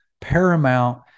paramount